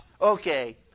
okay